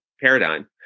paradigm